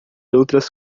outras